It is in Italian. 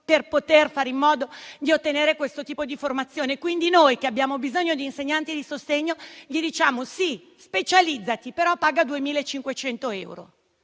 per poter fare in modo di ottenere questo tipo di formazione? Noi, che abbiamo bisogno di insegnanti di sostegno, gli diciamo di specializzarsi, pagando però 2.500 euro.